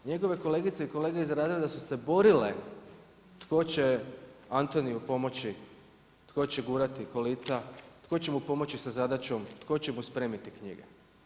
Njegove kolegice i kolege iz razreda su se borile tko će Antoniju pomoći, tko će gurati kolica, tko će mu pomoći sa zadaćom, tko će mu spremiti knjige.